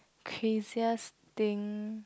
craziest thing